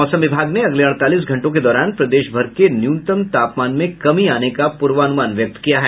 मौसम विभाग ने अगले अड़तालीस घंटों के दौरान प्रदेश भर के न्यूनतम तापमान में कमी आने का पूर्वानुमान व्यक्त किया है